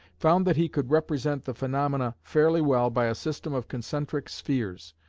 found that he could represent the phenomena fairly well by a system of concentric spheres,